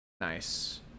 Nice